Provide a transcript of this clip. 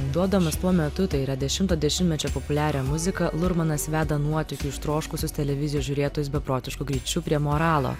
duodamas tuo metu tai yra dešimto dešimtmečio populiarią muziką lurmanas veda nuotykių ištroškusius televizijos žiūrėtojus beprotišku greičiu prie moralo